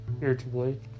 irritably